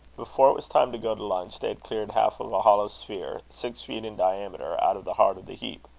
before it was time to go to lunch, they had cleared half of a hollow sphere, six feet in diameter, out of the heart of the heap.